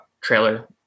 trailer